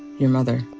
your mother.